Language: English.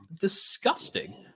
disgusting